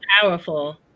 powerful